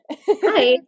Hi